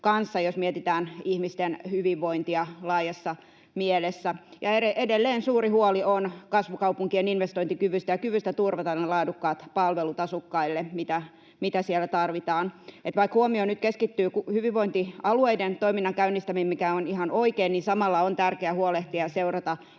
jos mietitään ihmisten hyvinvointia laajassa mielessä. Edelleen suuri huoli on kasvukaupunkien investointikyvystä ja kyvystä turvata asukkaille ne laadukkaat palvelut, mitä siellä tarvitaan. Vaikka huomio nyt keskittyy hyvinvointialueiden toiminnan käynnistämiseen, mikä on ihan oikein, niin samalla on tärkeää huolehtia kunnista